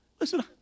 Listen